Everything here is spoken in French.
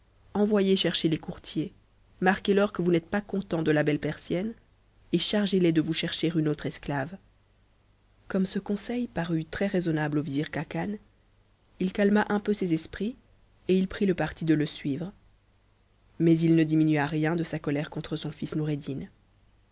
envoyez chercher les courtiers marquez leur que vous n'êtes pas content de la belle persienne et chargez les de vous chercher une autre esclave n comme ce conseil parut très-raisonnable au vizir khacan il calma un peu ses esprits et il prit le parti de le suivre mais il ne diminua rien de sa colère contre son fils noureddin